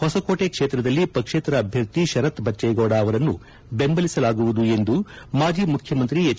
ಹೊಸಕೋಟೆ ಕ್ಷೇತ್ರದಲ್ಲಿ ಪಕ್ಷೇತರ ಅಭ್ಯರ್ಥಿ ಶರತ್ ಬಜ್ವೇಗೌಡ ಅವರನ್ನು ಬೆಂಬಲಿಸಲಾಗುವುದು ಎಂದು ಮಾಜಿ ಮುಖ್ಯಮಂತ್ರಿ ಎಚ್